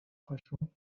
frachon